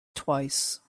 twice